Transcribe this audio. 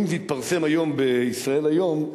אם זה התפרסם היום ב"ישראל היום",